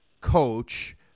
coach